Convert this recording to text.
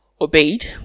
obeyed